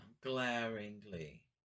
glaringly